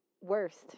Worst